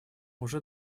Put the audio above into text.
уже